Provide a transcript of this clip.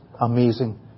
amazing